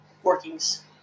workings